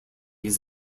his